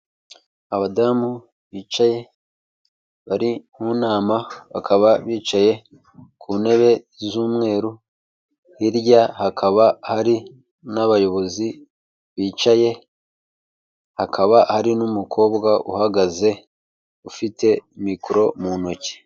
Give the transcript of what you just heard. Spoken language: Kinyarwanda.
Abadamu bicaye bari mu nama bakaba bicaye ku ntebe z'umweru, hirya hakaba hari n'abayobozi bicaye, hakaba hari n'umukobwa uhagaze ufite mikoro mu ntoki.